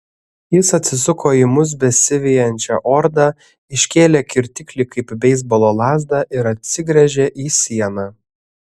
jis atsisuko į mus besivejančią ordą iškėlė kirtiklį kaip beisbolo lazdą ir atsigręžė į sieną